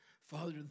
Father